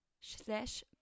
slash